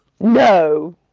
No